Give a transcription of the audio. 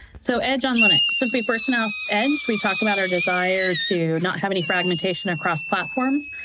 so edge on linux. since we first announced edge, we talked about our desire to not have any fragmentation across platforms,